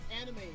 anime